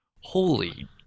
holy